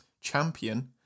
champion